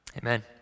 Amen